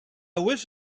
wish